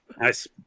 Nice